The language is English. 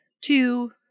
two